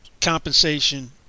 Compensation